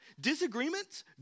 Disagreements